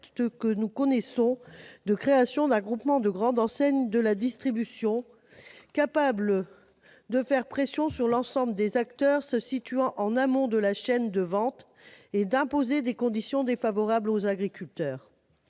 le contexte de création d'un groupement de grandes enseignes de la distribution, capables de faire pression sur l'ensemble des acteurs se situant en amont de la chaîne de vente et d'imposer des conditions défavorables aux agriculteurs.